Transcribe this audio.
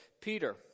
Peter